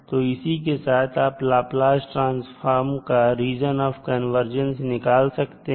तो इसी के साथ आप लाप्लास ट्रांसफॉर्म का रीजन आप कन्वर्जेंस निकाल सकते हैं